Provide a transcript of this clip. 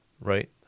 right